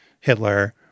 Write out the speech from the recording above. Hitler